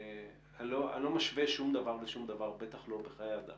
אני לא משווה שום דבר לשום דבר, בטח לא חיי אדם